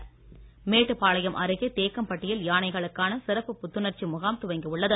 யானை முகாம் மேட்டுபாளையம் அருகே தேக்கம்பட்டியில் யானைகளுக்கான சிறப்பு புத்துணர்ச்சி முகாம் துவங்கி உள்ளது